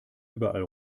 überall